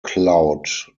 cloud